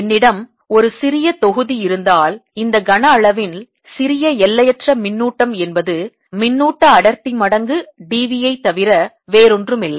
என்னிடம் ஒரு சிறிய தொகுதி கனஅளவு இருந்தால் இந்த கன அளவில் சிறிய எல்லையற்ற மின்னூட்டம் என்பது மின்னூட்ட அடர்த்தி மடங்கு d v ஐ தவிர வேறொன்றுமில்லை